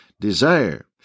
Desire